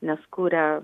nes kurė